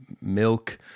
milk